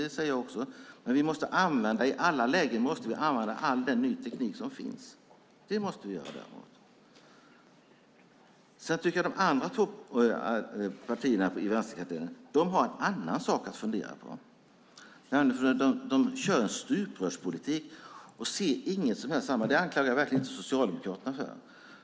I alla lägen måste vi använda all ny teknik som finns. De andra två partierna i vänsterkartellen har en annan sak att fundera på. De kör en stuprörspolitik och ser inget som helst samband - det anklagar jag verkligen inte Socialdemokraterna för.